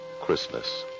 Christmas